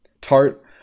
Tart